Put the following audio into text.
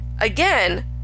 again